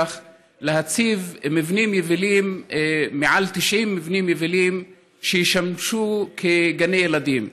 להציב מעל 90 מבנים יבילים שישמשו גני ילדים.